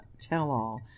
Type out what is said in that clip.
tell-all